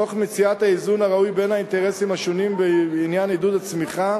תוך מציאת האיזון הראוי בין האינטרסים השונים בעניין עידוד הצמיחה